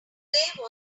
display